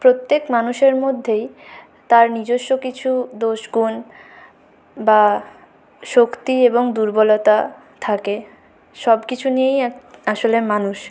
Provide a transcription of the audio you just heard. প্রত্যেক মানুষের মধ্যেই তার নিজস্ব কিছু দোষ গুণ বা শক্তি এবং দুর্বলতা থাকে সব কিছু নিয়েই এক আসলে মানুষ